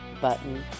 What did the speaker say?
button